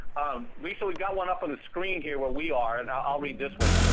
lisa, we've got one up on the screen here where we are, and i'll read this one.